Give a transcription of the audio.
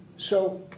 so